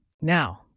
Now